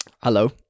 Hello